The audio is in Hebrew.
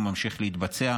הוא ממשיך להתבצע.